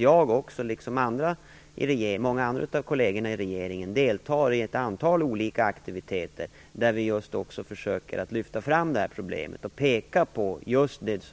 Jag, liksom många kolleger i regeringen, deltar i ett antal olika aktiviteter där vi försöker lyfta fram problemet och peka på just det